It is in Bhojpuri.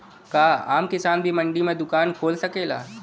का आम किसान भी मंडी में दुकान खोल सकेला?